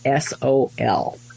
SOL